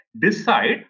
decide